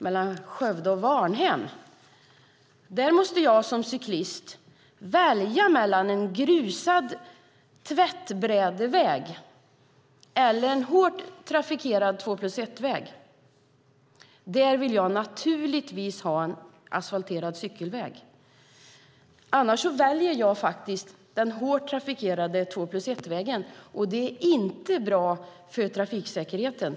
Mellan Skövde och Varnhem måste jag som cyklist välja mellan en grusad tvättbrädeväg och en hårt trafikerad två-plus-ett-väg. Där vill jag naturligtvis ha en asfalterad cykelväg. Annars väljer jag den hårt trafikerade två-plus-ett-vägen, och det är inte bra för trafiksäkerheten.